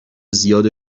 زیاد